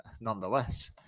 nonetheless